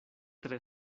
tre